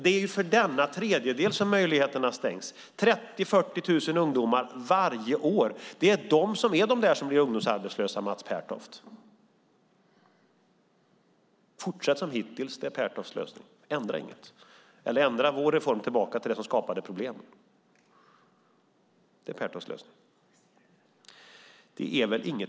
Det är för denna tredjedel som möjligheterna stängs. Det är 30 000-40 000 ungdomar varje år. Det är de som blir de ungdomsarbetslösa, Mats Pertoft. Fortsätt som hittills är Pertofts lösning. Ändra inget, eller ändra vår reform tillbaka till det som skapade problem. Det är Pertofts lösning.